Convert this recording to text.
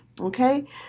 okay